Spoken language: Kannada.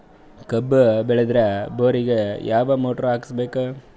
ಕಬ್ಬು ಬೇಳದರ್ ಬೋರಿಗ ಯಾವ ಮೋಟ್ರ ಹಾಕಿಸಬೇಕು?